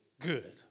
good